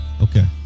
Okay